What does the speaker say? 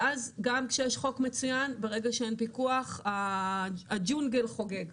ואז גם כשיש חוק מצוין ברגע שאין פיקוח הג'ונגל חוגג.